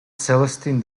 celestine